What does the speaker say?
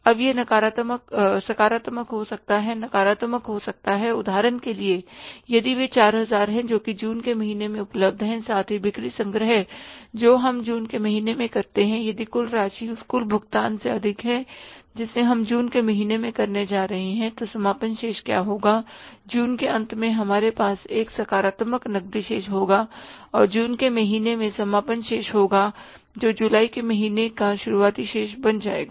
अब यह सकारात्मक हो सकता है नकारात्मक हो सकता है उदाहरण के लिए यदि वे 4000 हैं जो कि जून के महीने में उपलब्ध हैं साथ ही बिक्री संग्रह जो हम जून के महीने में करते हैं यदि कुल राशि उस कुल भुगतान से अधिक है जिसे हम जून के महीने में करने जा रहे हैं तो समापन शेष क्या होगा जून के अंत में हमारे पास एक सकारात्मक नकदी शेष होगा और जून के महीने में समापन शेष होगा जो जुलाई के महीने का शुरुआती शेष बन जाएगा